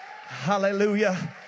Hallelujah